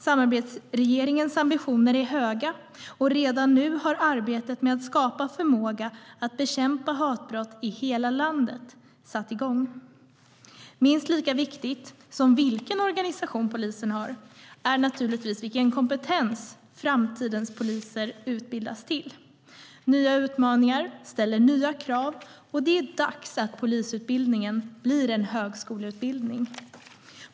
Samarbetsregeringens ambitioner är höga, och redan nu har arbetet med att skapa förmåga att bekämpa hatbrott i hela landet satt igång. Minst lika viktigt som vilken organisation polisen har är vilken kompetens framtidens poliser utbildas till. Nya utmaningar ställer nya krav, och det är dags att polisutbildningen blir en högskoleutbildning.